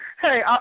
hey